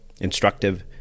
instructive